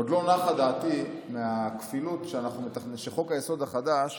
עוד לא נחה דעתי מהכפילות שחוק-היסוד החדש